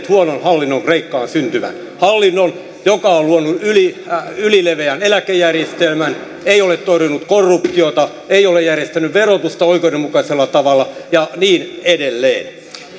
huonon hallinnon kreikkaan syntyä hallinnon joka on luonut ylileveän eläkejärjestelmän ei ole torjunut korruptiota ei ole järjestänyt verotusta oikeudenmukaisella tavalla ja niin edelleen